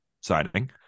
signing